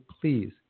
please